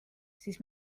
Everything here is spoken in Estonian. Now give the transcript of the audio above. siis